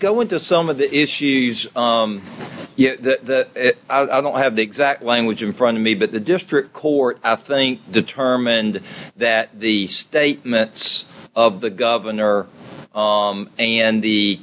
go into some of the issues that i don't have the exact language in front of me but the district court i think determined that the statements of the governor and the